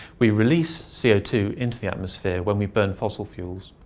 we release c o two into the atmosphere when we burn fossil fuels.